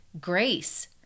grace